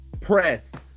Pressed